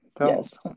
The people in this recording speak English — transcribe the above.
yes